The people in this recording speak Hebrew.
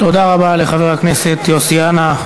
תודה רבה לחבר הכנסת יוסי יונה.